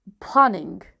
Planning